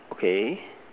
okay